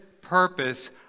purpose